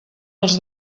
als